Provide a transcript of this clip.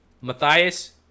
Matthias